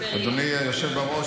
אדוני היושב בראש,